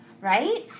right